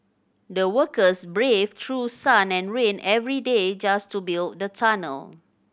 the workers braved through sun and rain every day just to build the tunnel